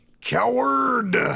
Coward